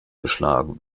geschlagen